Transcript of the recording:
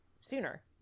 sooner